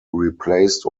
replaced